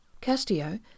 Castillo